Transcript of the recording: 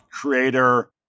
creator